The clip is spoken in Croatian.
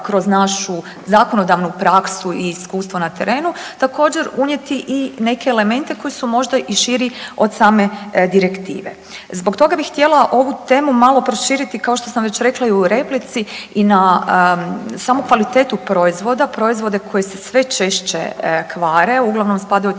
kroz našu zakonodavnu praksu i iz iskustva na terenu također unijeti i neke elemente koji su možda i širi od same direktive. Zbog toga bih htjela ovu temu malo proširiti kao što sam već rekla i u replici i na samu kvalitetu proizvoda, proizvode koji se sve češće kvare, uglavnom spadaju u